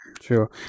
Sure